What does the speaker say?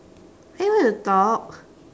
to talk